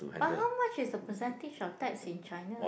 but how much is the percentage of tax in China